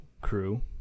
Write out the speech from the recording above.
crew